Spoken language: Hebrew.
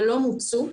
ולא מוצו,